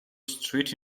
street